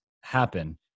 happen